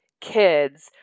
kids